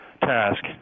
task